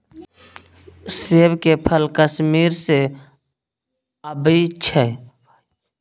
सेब के फल कश्मीर सँ अबई छै